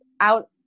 out